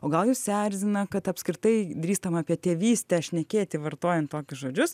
o gal jus erzina kad apskritai drįstama apie tėvystę šnekėti vartojant tokius žodžius